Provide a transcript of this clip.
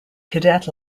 cadet